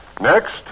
Next